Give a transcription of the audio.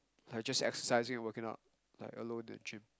like just exercising working out alone at gym